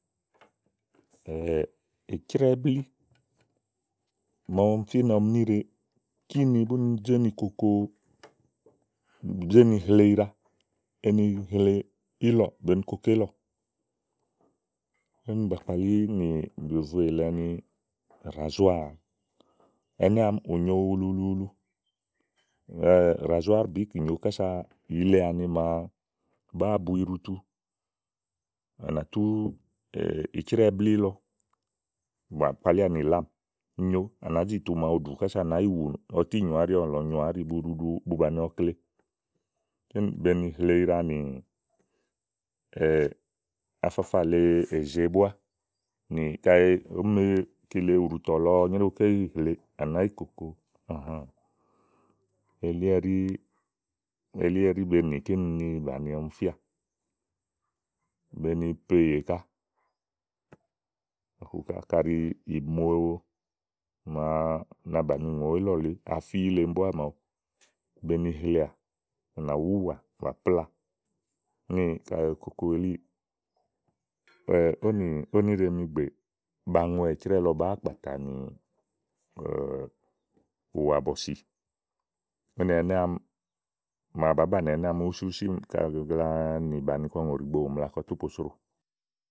ìcrɛ́ɛ́blí màa ɔmi fínɛ ɔmi níɖɛ, kíni búni zénikoko ni hle iɖa, enihlé ilɔ̀ be ni koko ílɔ̀ kíni bàa kpalí nì ìyòvo ìlɛ ni ràzúàr ɛnɛ àámi ù nyo ululuulu. ràzúár bìk nyòo kása yìile àni màaɖu màa bàáa bu iɖutu, à nàá zi tùu màa wuɖù kása à màá yiwù. Ɔtí nyòoà áɖì ɔ̀lɔ̃nyòoà áɖì bu ɖuɖu bu bàni ɔkle be ni hle iɖa nì afa lèe èze búá nì kayi òó mo kile ùɖùtɔ̀ lɔ ɔwɔ nyeréwu ké yì hle à nàá yi koò elí ɛɖí benì ni bàni ɔmi íà be ni po ìyè ká lɔ̀ku ká, kiɖi ìmo màa na bàni ùŋò ílɔ lèe adí le mi búá màa wu benì hleà à nà wú ùwà níɖe miìgbè banŋu ìcrɛ́ɛ lɔ bàáa kpàtà nì ùwàbɔ̀sì úɛnɛ́ àáni màá banìi ɛnɛ́ àá mi wúsì wúsí àámi kaɖi à gagba nì bàni kɔ úyò ɖùgbo, ù ŋla kɔ tú posro.